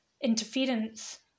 interference